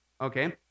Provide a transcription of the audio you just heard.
okay